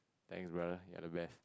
thanks brother you're the best